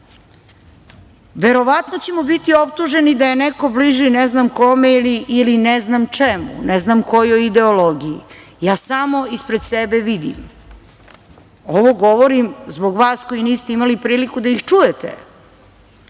Verovatno ćemo biti optuženi da je neko bliži, ne znam kome ili ne znam čemu, ne znam kojoj ideologiji, ja samo ispred sebe vidim, ovo govorim zbog vas koji niste imali priliku da ih čujete. Vidim